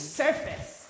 surface